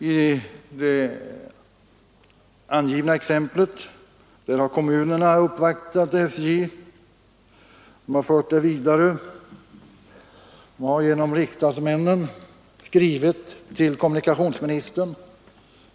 I det angivna exemplet har vi från berörda kommuners sida uppvaktat SJ och genom riksdagsmännen skrivit till kommunikationsministern.